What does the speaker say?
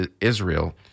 Israel